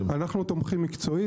זאת אומרת צריך צו של האלוף.